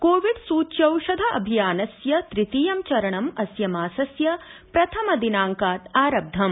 COVID सूच्यौषध अभियानस्य तृतीय चरणं अस्य मासस्य प्रथम दिनाङ्कात् आरब्धम्